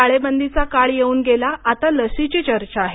टाळेबंदीचा काळ येऊन गेला आता लसीची चर्चा आहे